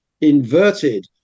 inverted